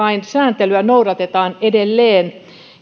sääntelyä noudatetaan edelleen